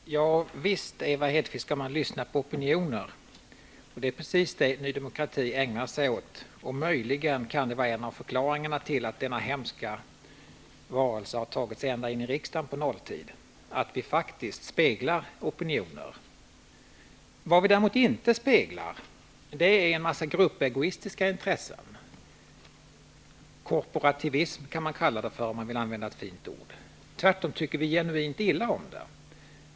Herr talman! Ja visst, Ewa Hedkvist Petersen, skall man lyssna på opinioner. Det är precis det som Ny demokrati ägnar sig åt. Det kan möjligen vara en av förklaringarna till att denna hemska varelse på nolltid har tagit sig ända in i riksdagen, att vi faktiskt speglar opinioner. Vad vi däremot inte speglar är en massa gruppegoistiska intressen -- korporativism kan man kalla det för, om man vill använda ett fint ord. Det tycker vi tvärtom genuint illa om.